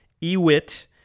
Ewit